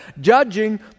Judging